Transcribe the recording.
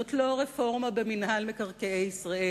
זאת לא רפורמה במינהל מקרקעי ישראל.